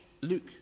Luke